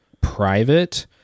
private